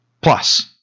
plus